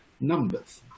numbers